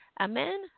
Amen